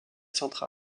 centrale